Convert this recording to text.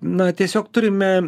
na tiesiog turime